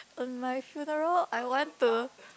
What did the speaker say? on my funeral I want to